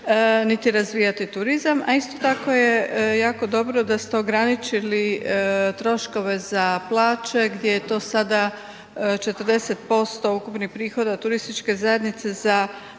niti razvijati turizam, a isto tako je jako dobro da ste ograničili troškove za plaće gdje je to sada 40% ukupnih prihoda turističke zajednice za